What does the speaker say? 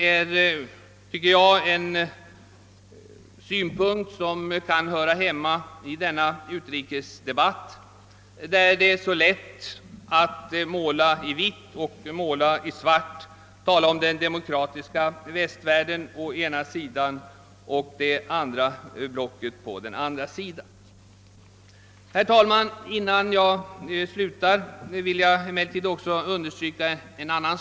Jag tycker att detta är en synpunkt som hör hemma i denna utrikesdebatt där man så lätt målar i vitt och i svart genom att tala om den demokratiska västvärlden å ena sidan och Östblockets förhållanden å den andra sidan. Herr talman! Till slut vill jag understryka ytterligare ett förhållande.